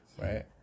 right